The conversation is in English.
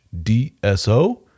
DSO